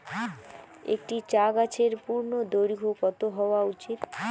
একটি চা গাছের পূর্ণদৈর্ঘ্য কত হওয়া উচিৎ?